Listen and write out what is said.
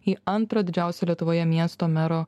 į antro didžiausio lietuvoje miesto mero